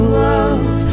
love